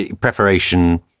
preparation